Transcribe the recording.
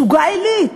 סוגה עילית.